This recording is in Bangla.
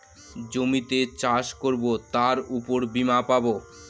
জমিতে চাষ করবো তার উপর বীমা পাবো